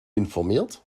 informiert